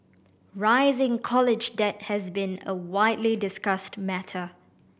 rising college debt has been a widely discussed matter